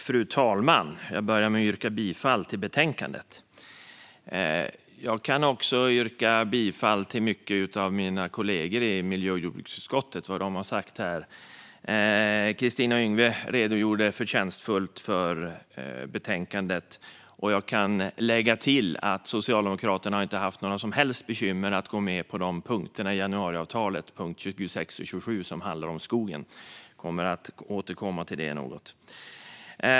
Fru talman! Jag börjar med att yrka bifall till förslaget i betänkandet. Jag kan också yrka bifall till mycket av det mina kollegor i miljö och jordbruksutskottet har sagt här. Kristina Yngwe redogjorde förtjänstfullt för betänkandet, och jag kan lägga till att Socialdemokraterna inte har haft några som helst bekymmer med att gå med på de punkter i januariavtalet, punkterna 26 och 27, som handlar om skogen. Jag kommer att återkomma till detta något.